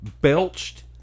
Belched